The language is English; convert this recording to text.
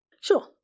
Sure